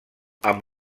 amb